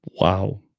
Wow